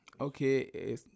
Okay